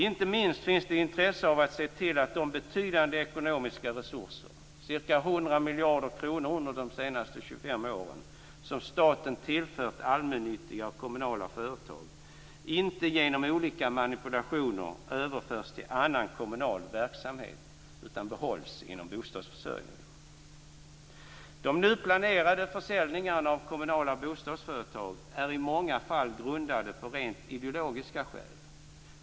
Inte minst finns det intresse av att se till att de betydande ekonomiska resurserna - ca 100 miljarder kronor under de senaste 25 åren - som staten har tillfört allmännyttiga och kommunala företag inte genom olika manipulationer överförs till annan kommunal verksamhet utan behålls inom bostadsförsörjningen. De nu planerade försäljningarna av kommunala bostadsföretag är i många fall grundade på rent ideologiska skäl.